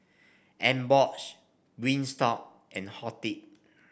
Emborg Wingstop and Horti